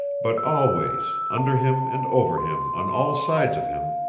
but always, under him and over him on all sides of him,